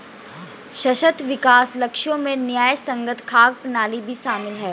सतत विकास लक्ष्यों में न्यायसंगत खाद्य प्रणाली भी शामिल है